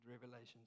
Revelations